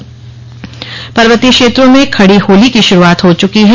खड़ी होली पर्वतीय क्षेत्रों में खड़ी होली की शुरूआत हो चुकी है